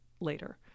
later